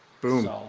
Boom